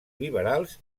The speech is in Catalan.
liberals